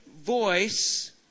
voice